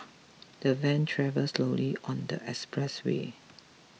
the van travelled slowly on the expressway